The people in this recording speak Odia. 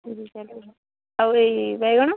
ଆଉ ଏଇ ବାଇଗଣ